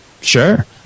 sure